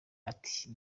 ati